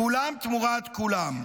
כולם תמורת כולם.